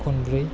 खनब्रै